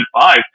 five